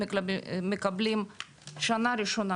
הם מקבלים שנה ראשונה,